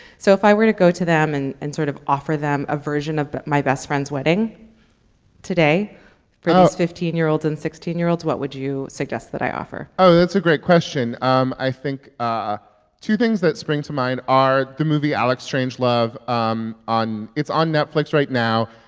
so if i were to go to them and and sort of offer them a version of but my best friend's wedding today for these fifteen year olds and sixteen year olds, what would you suggest that i offer? oh, that's a great question. um i think ah two things that spring to mind are the movie alex strangelove. um it's on netflix right now.